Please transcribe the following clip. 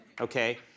Okay